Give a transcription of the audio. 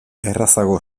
errazago